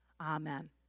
Amen